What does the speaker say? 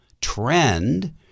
trend